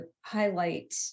highlight